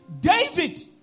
David